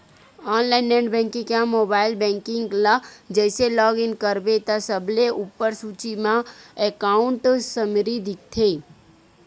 online net banking या mobile banking ल जइसे लॉग इन करबे त सबले उप्पर सूची म एकांउट समरी दिखथे